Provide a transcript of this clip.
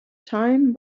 time